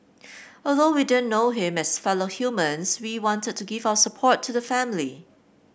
although we didn't know him as fellow humans we wanted to give our support to the family